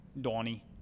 Donnie